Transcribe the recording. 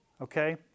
Okay